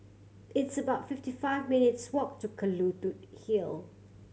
it's about fifty five minutes' walk to Kelulut Hill